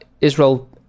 Israel